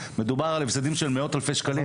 ומדובר על הפסדים של מאות אלפי שקלים.